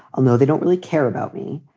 i'll know they don't really care about me.